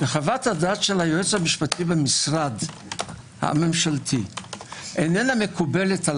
וחוות הדעת של יועץ משפטי במשרד הממשלתי אינה מקובלת על